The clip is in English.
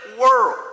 world